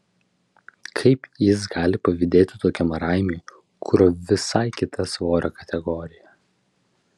kaip jis gali pavydėti tokiam raimiui kurio visai kita svorio kategorija